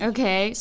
Okay